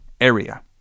area